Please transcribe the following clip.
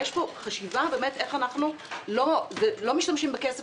יש פה חשיבה איך אנחנו לא משתמשים בכסף